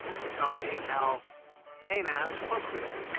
he taught me how canines procreate.